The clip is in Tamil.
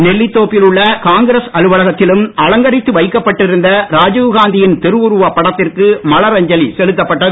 நெல்லித்தோப்பில் உள்ள காங்கிரஸ் அலுவலகத்திலும் அலங்கரித்து வைக்கப்பட்டிருந்த ராஜீவ்காந்தியின் திருவுருவப் படத்திற்கு மலர் அஞ்சலி செலுத்தப்பட்டது